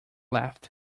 left